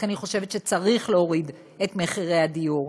כי אני חושבת שצריך להוריד את מחירי הדיור.